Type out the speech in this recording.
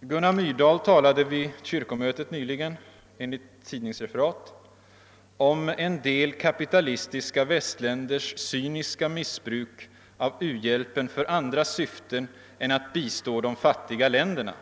Gunnar Myrdal talade vid det kyrkliga mötet nyligen enligt tidningsreferat om en del kapitalistiska västländers cyniska missbruk av u-hjälpen för andra syften än att bistå de fattiga länderna.